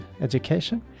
Education